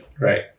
right